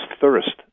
thirst